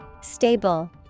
Stable